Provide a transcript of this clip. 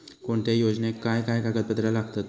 कोणत्याही योजनेक काय काय कागदपत्र लागतत?